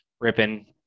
ripping